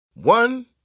One